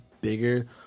bigger